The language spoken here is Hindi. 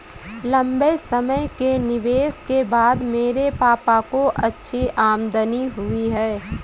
लंबे समय के निवेश के बाद मेरे पापा को अच्छी आमदनी हुई है